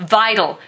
vital